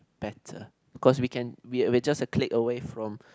better because we can we just a click away from